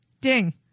Ding